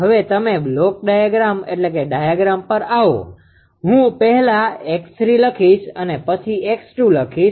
હવે તમે ડાયાગ્રામ પર આવો હું પહેલા લખીશ અને પછી 𝑥2̇ લખીશ